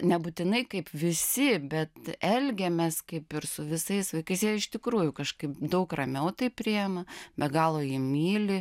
nebūtinai kaip visi bet elgiamės kaip ir su visais vaikais iš tikrųjų kažkaip daug ramiau tai priima be galo jį myli